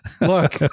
Look